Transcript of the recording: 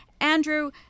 Andrew